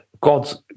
God's